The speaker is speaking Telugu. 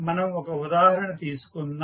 మనం ఒక ఉదాహరణ తీసుకుందాం